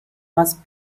was